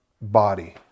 body